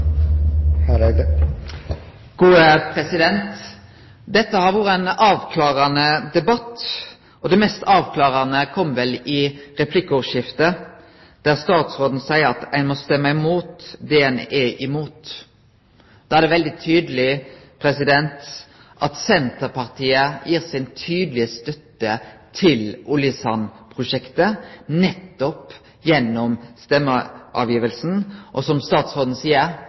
Dette har vore ein avklarande debatt, og det mest avklarande kom vel i replikkordskiftet, der statsråden sa at ein må stemme imot det ein er imot. Da er det veldig tydeleg at Senterpartiet gir si tydelege støtte til oljesandprosjektet, nettopp gjennom stemmegivinga. Når statsråden seier at ein må stemme imot det ein er